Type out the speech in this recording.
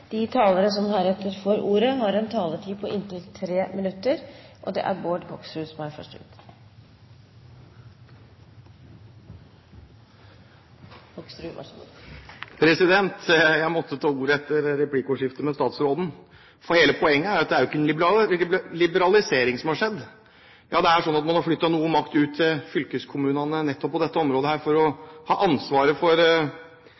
De talere som heretter får ordet, har en taletid på inntil 3 minutter. Jeg måtte ta ordet etter replikkordskiftet med statsråden. Hele poenget er at det ikke er en liberalisering som har skjedd. Det er slik at man har flyttet noe makt ut til fylkeskommunene på dette området – for å ha ansvaret for koordineringen av tillatelser og for å gi konsesjon. Utfordringen her blir jo for